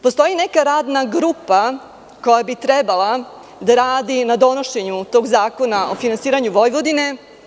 Postoji neka radna grupa koja bi trebala da radi na donošenju tog Zakona o finansiranju Vojvodine.